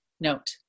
note